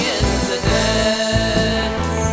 incidents